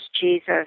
Jesus